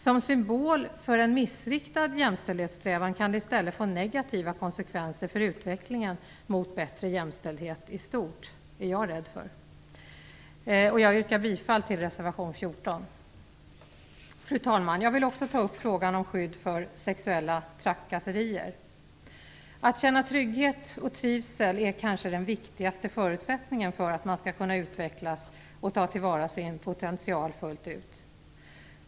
Som symbol för missriktad jämställdhetssträvan kan det i stället få negativa konsekvenser för utvecklingen mot bättre jämställdhet i stort, är jag rädd för. Jag yrkar bifall till reservation 14. Fru talman! Jag vill också ta upp frågan om skydd för sexuella trakasserier. Att känna trygghet och trivsel är kanske den viktigaste förutsättningen för att man skall kunna utvecklas och ta till vara sin potential fullt ut.